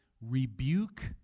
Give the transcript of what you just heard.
rebuke